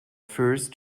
first